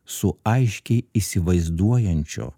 su aiškiai įsivaizduojančio